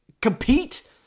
compete